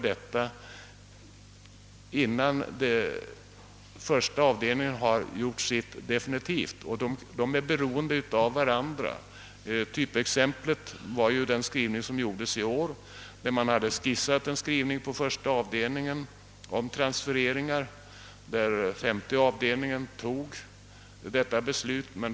De är alltså beroende av varandra. Typexemplet härpå är den skrivning som gjordes i år, där man inom första avdelningen hade skissat en skrivning om transfereringar som femte avdelningen godtog.